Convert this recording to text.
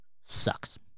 sucks